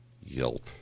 Yelp